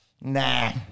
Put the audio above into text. Nah